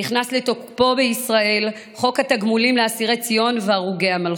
נכנס לתוקפו בישראל חוק התגמולים לאסירי ציון והרוגי המלכות.